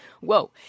whoa